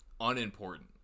unimportant